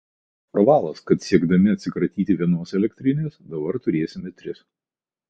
totalus pravalas kad siekdami atsikratyti vienos elektrinės dabar turėsime tris